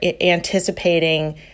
anticipating